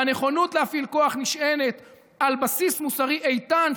והנכונות להפעיל כוח נשענת על בסיס מוסרי איתן,